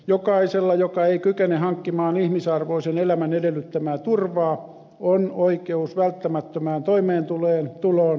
jokaisella joka ei kykene hankkimaan ihmisarvoisen elämän edellyttämää turvaa on oikeus välttämättömään toimeentuloon ja huolenpitoon